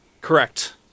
Correct